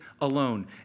alone